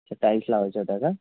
अच्छा टाईल्स लावायच्या होत्या का